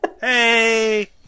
Hey